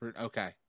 Okay